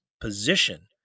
position